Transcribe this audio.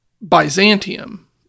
byzantium